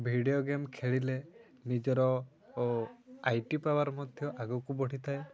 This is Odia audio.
ଭିଡ଼ିଓ ଗେମ୍ ଖେଳିଲେ ନିଜର ଆଇ ଟି ପାୱାର୍ ମଧ୍ୟ ଆଗକୁ ବଢ଼ିଥାଏ